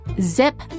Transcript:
Zip